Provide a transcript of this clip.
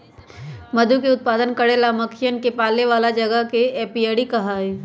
मधु के उत्पादन करे ला मधुमक्खियन के पाले वाला जगह के एपियरी कहा हई